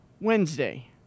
Wednesday